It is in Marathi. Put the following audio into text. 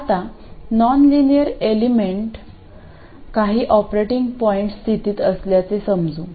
आता नॉनलिनियर एलिमेंट काही ऑपरेटिंग पॉईंट स्थितीत असल्याचे समजू